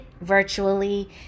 virtually